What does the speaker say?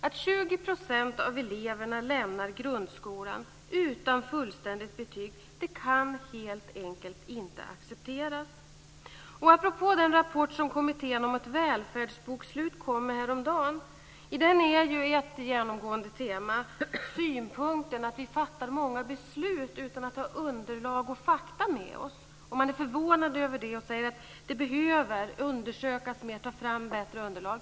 Att 20 % av eleverna lämnar grundskolan utan fullständigt betyg kan helt enkelt inte accepteras. I den rapport som kommittén om ett välfärdsbokslut kom med häromdagen är ett genomgående tema synpunkten att vi fattar många beslut utan att ha underlag och fakta med oss. Man är förvånad över det och säger att det behöver undersökas mer och att man måste ta fram bättre underlag.